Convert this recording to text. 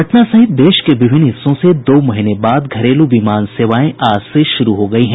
पटना सहित देश के विभिन्न हिस्सों से दो महीने के बाद घरेलू विमान सेवाएं आज से शुरू हो गयी हैं